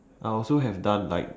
I also have done like